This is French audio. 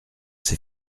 ces